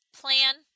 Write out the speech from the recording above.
plan